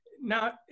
Now